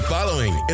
following